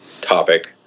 topic